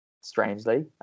strangely